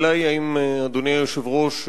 אדוני היושב-ראש,